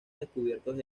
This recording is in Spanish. descubiertos